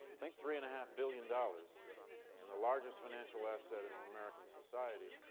think three and a half billion dollars and the largest financial asset in american society,